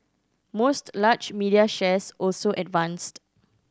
most large media shares also advanced